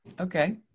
Okay